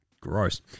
Gross